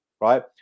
right